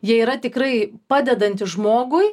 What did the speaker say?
jie yra tikrai padedantys žmogui